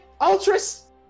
Ultras